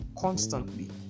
constantly